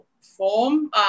form